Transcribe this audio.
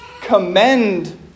commend